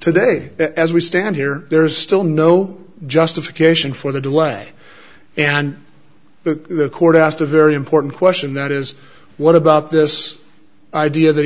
today as we stand here there's still no justification for the delay and the court asked a very important question that is what about this idea that